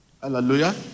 Hallelujah